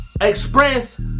express